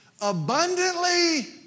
Abundantly